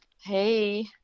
Hey